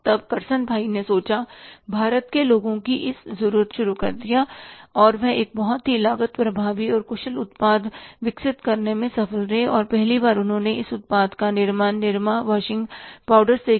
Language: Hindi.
तब करसनभाई ने सोचा भारत के लोगों की इस ज़रूरत को समझें उन्होंने इस उत्पाद का विकास शुरू किया और वह एक बहुत ही लागत प्रभावी और कुशल उत्पाद विकसित करने में सफल रहे और पहली बार उन्होंने इस उत्पाद का निर्माण निरमा वाशिंग पाउडर से किया